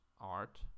art